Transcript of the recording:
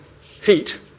Heat